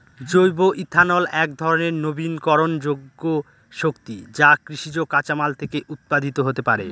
জৈব ইথানল একধরনের নবীকরনযোগ্য শক্তি যা কৃষিজ কাঁচামাল থেকে উৎপাদিত হতে পারে